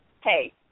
hey